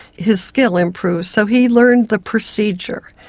his skill improved. so he learned the procedure,